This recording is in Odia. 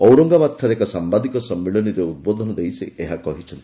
ଔରଙ୍ଗାବାଦଠାରେ ଏକ ସାମ୍ଘାଦିକ ସମ୍ମିଳନୀରେ ଉଦ୍ବୋଧନ ଦେଇ ସେ ଏହା କହିଛନ୍ତି